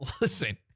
listen